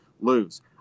lose